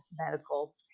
medical